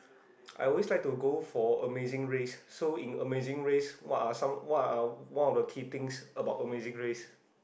I always like to go for amazing race so in amazing race what are some what are one of the key things about amazing race